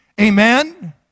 Amen